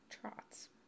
trots